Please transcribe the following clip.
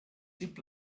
zip